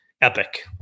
epic